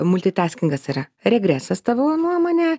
multitaskingas yra regresas tavo nuomone